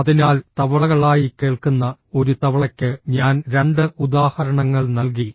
അതിനാൽ തവളകളായി കേൾക്കുന്ന ഒരു തവളയ്ക്ക് ഞാൻ രണ്ട് ഉദാഹരണങ്ങൾ നൽകി